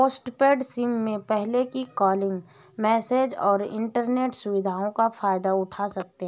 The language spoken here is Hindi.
पोस्टपेड सिम में पहले ही कॉलिंग, मैसेजस और इन्टरनेट सुविधाओं का फायदा उठा सकते हैं